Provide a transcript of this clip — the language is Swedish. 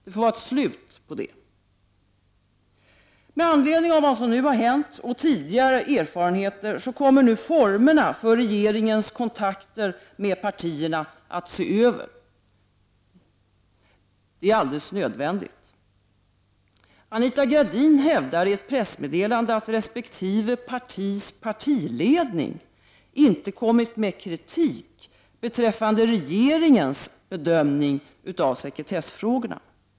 Det får vara ett slut på detta. Med anledning av vad som nu hänt och tidigare erfarenheter kommer formerna för regeringens kontakter med partierna att ses över. Det är alldeles nödvändigt. Anita Gradin hävdar i ett pressmeddelande att resp. partis partiledning inte kommit med kritik beträffande regeringens bedömning av sekretessfrågorna.